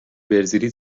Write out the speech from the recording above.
برزیلی